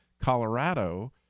Colorado